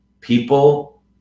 People